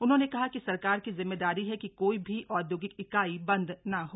उन्होंने कहा कि सरकार की जिम्मेदारी है कि कोई भी औद्योगिक इकाई बंद न हो